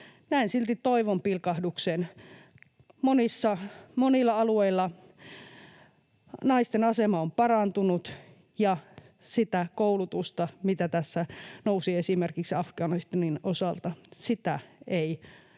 Näen silti toivonpilkahduksen. Monilla alueilla naisten asema on parantunut, ja sitä koulutusta, mikä tässä nousi esiin esimerkiksi Afganistanin osalta, ei saada